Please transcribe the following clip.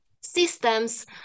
systems